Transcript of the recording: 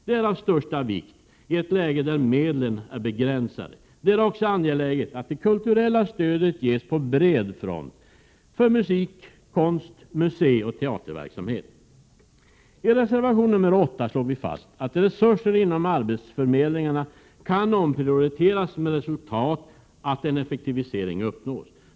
Det är av största vikt i ett läge när medlen är begränsade. Det är också angeläget att det kulturella stödet ges på bred front, till konst, musik, museioch teaterverksamhet. I reservation 8 slår vi fast att resurser inom arbetsförmedlingarna kan omprioriteras med resultat att en effektivisering uppnås.